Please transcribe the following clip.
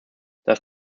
das